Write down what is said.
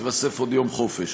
יתווסף עוד יום חופש.